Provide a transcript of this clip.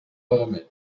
pagament